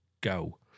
go